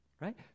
right